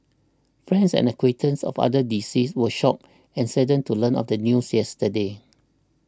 friends and acquaintances of other deceased were shocked and saddened to learn of the news yesterday